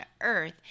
earth